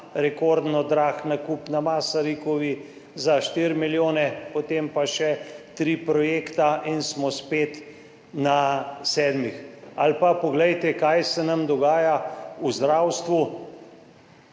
rekordno drag nakup na Masarykovi za 4 milijone, potem pa še tri projekte in smo spet na sedmih. Ali pa poglejte, kaj se nam dogaja v zdravstvu,